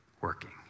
working